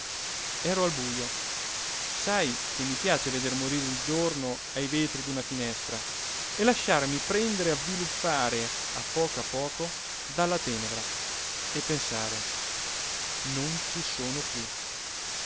ero al bujo sai che mi piace veder morire il giorno ai vetri d'una finestra e lasciarmi prendere e avviluppare a poco a poco dalla tenebra e pensare non ci sono più